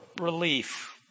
relief